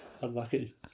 Unlucky